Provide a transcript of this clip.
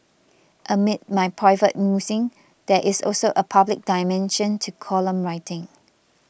amid my private musings there is also a public dimension to column writing